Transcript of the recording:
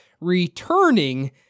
returning